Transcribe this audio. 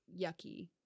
yucky